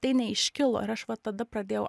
tai neiškilo ir aš vat tada pradėjau